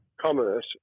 commerce